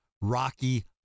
Rocky